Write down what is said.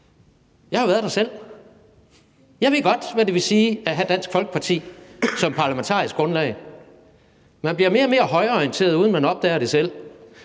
jeg har været der selv. Jeg ved godt, hvad det vil sige at have Dansk Folkeparti som parlamentarisk grundlag: Man bliver mere og mere højreorienteret, uden at man opdager det selv.